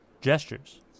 gestures